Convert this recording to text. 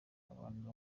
abantu